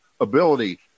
ability